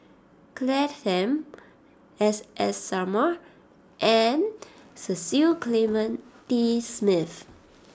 Claire Tham S S Sarma and Cecil Clementi Smith